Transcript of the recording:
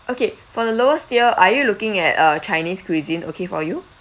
okay for the lowest tier are you looking at a chinese cuisine okay for you